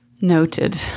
Noted